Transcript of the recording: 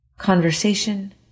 conversation